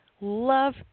love